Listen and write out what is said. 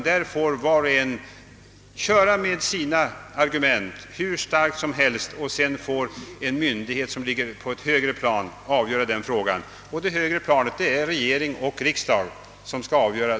Där måste var och en få lägga fram sina argument — oavsett med vilken skärpa — och därefter får en myndighet på ett högre plan, d.v.s. regering och riksdag, fatta beslutet.